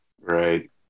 Right